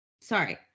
sorry